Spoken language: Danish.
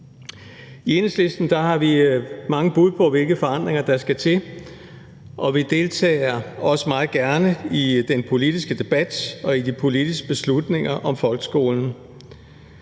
I Enhedslisten har vi mange bud på, hvilke forandringer der skal til, og vi deltager også meget gerne i den politiske debat og i de politiske beslutninger om folkeskolen.